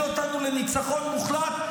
שמוביל אותנו לניצחון מוחלט?